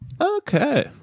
Okay